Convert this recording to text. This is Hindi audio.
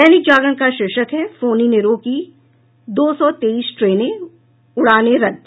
दैनिक जागरण का शीर्षक है फोनी ने रोकी दो सौ तेईस ट्रेनें उड़ाने रद्द